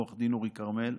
ע"ד אורי כרמל,